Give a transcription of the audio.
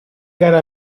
gara